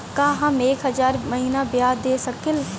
का हम एक हज़ार महीना ब्याज दे सकील?